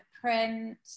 print